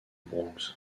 bronx